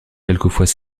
quelquefois